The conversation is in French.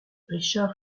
richard